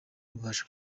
bubasha